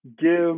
give